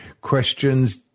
questions